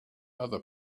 other